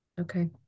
Okay